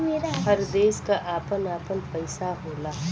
हर देश क आपन आपन पइसा होला